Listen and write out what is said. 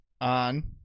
on